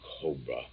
cobra